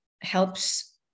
helps